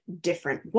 different